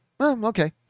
Okay